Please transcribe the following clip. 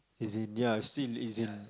as in yeah still as in